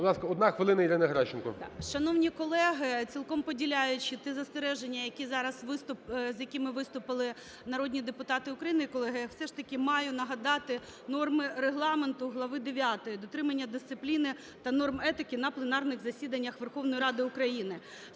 Шановні колеги, цілком поділяючи ті застереження, які зараз… з якими виступили народні депутати України, колеги, я все ж таки маю нагадати норми Регламенту глави 9 "Дотримання дисципліни та норм етики на пленарних засіданнях Верховної Ради України".